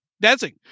dancing